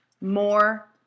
more